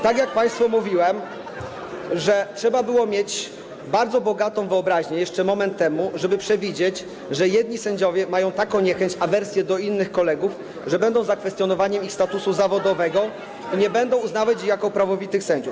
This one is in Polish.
Tak jak państwu mówiłem, trzeba było mieć bardzo bogatą wyobraźnię jeszcze moment temu, żeby przewidzieć, że jedni sędziowie mają taką niechęć, awersję do innych kolegów, że będą za kwestionowaniem ich statusu zawodowego i nie będą ich uznawać jako prawowitych sędziów.